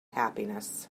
happiness